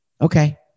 Okay